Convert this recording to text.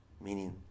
meaning